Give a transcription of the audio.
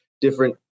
different